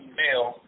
male